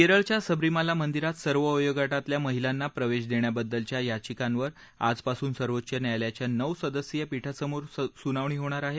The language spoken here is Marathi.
केरळच्या सबरीमाला मंदिरात सर्व वयोगटातल्या महिलांना प्रवेश देण्याबद्दलच्या याचिकांवर आजपासून सर्वोच्च न्यायालयाच्या नऊ सदस्यिय पीठासमोर सुनावणी होणार आहे